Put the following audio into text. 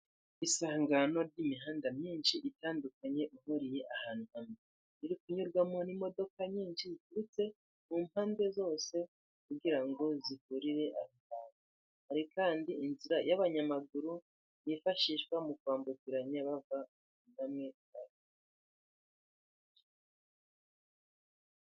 Isangano ry'imihanda myinshi itandukanye ihuriye ahantu iri kunyurwamo n'imodoka nyinshi ziturutse mu mpande zose kugira ngo zihurire aho hantu, hari kandi inzira y'abanyamaguru yifashishwa mu kwambukiranya bava hamwe.